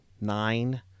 nine